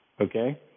Okay